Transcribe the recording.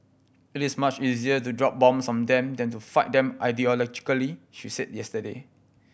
it is much easier to drop bombs on them than to fight them ideologically she said yesterday